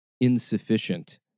insufficient